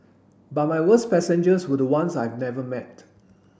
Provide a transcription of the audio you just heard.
but my worst passengers were the ones I never met